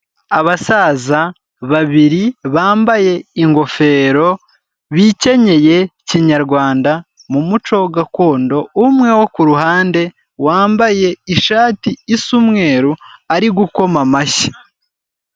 Abasaza babiri bambaye ingofero bikenyeye kinyarwanda mu muco gakondo, umwe wo ku ruhande wambaye ishati isa umweru ari gukoma amashyi.